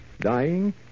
Dying